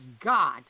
God